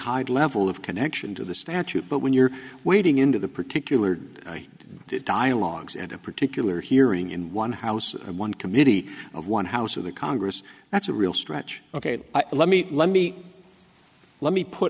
high level of connection to the statute but when you're wading into the particular dialogues at a particular hearing in one house and one committee of one house or the congress that's a real stretch ok let me let me let me put